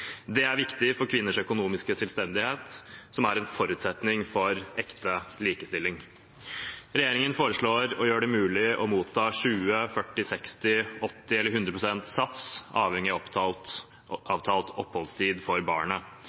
Det er viktig for kvinners økonomiske selvstendighet, som er en forutsetning for ekte likestilling. Regjeringen foreslår å gjøre det mulig å motta 20, 40, 60, 80 eller 100 pst. sats, avhengig av avtalt oppholdstid for barnet.